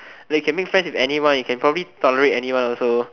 like you can make friends with anyone you can probably tolerate anyone also